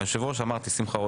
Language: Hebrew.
היושב-ראש, אמרתי, שמחה רוטמן.